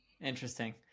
Interesting